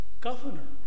governor